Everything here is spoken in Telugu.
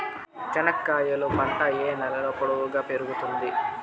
చెనక్కాయలు పంట ఏ నేలలో పొడువుగా పెరుగుతుంది?